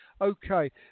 okay